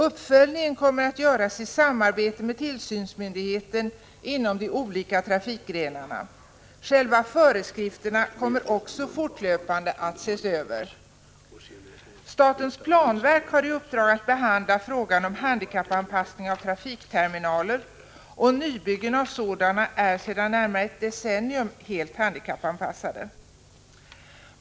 Uppföljning kommer att göras i samarbete med tillsynsmyndigheten inom de olika trafikgrenarna. Själva föreskrifterna kommer också att fortlöpande ses över. Statens planverk har i uppdrag att behandla frågan om handikappanpassning av trafikterminaler, och nybyggen av sådana är sedan närmare ett decennium tillbaka helt handikappanpassade.